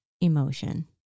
emotion